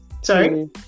sorry